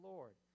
Lord